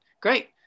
Great